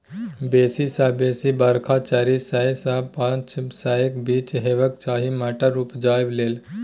बेसी सँ बेसी बरखा चारि सय सँ पाँच सयक बीच हेबाक चाही मटर उपजाबै लेल